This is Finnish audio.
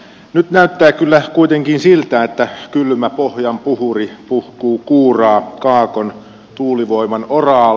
nyt näyttää kyllä kuitenkin siltä että kylmä pohjan puhuri puhkuu kuuraa kaakon tuulivoiman oraalle